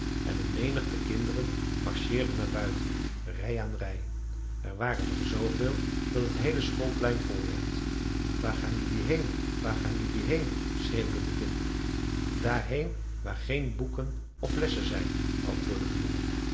en een menigte kinderen marcheerden naar buiten rij aan rij er waren er zooveel dat het heele schoolplein vol werd waar ga jelui heen waar ga jelui heen schreeuwden de kinderen daarheen waar geen boeken of lessen zijn antwoordde de jongen